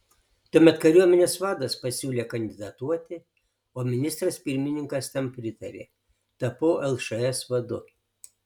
tuomet kariuomenės vadas pasiūlė kandidatuoti o ministras pirmininkas tam pritarė tapau lšs vadu